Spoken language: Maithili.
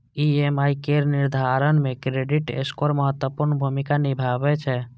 ई.एम.आई केर निर्धारण मे क्रेडिट स्कोर महत्वपूर्ण भूमिका निभाबै छै